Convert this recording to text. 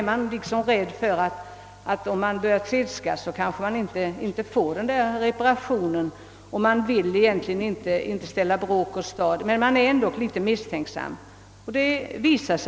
Man vill ju egentligen inte ställa bråk åstad, men man är ändå litet misstänksam.